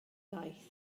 daeth